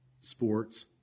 sports